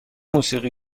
موسیقی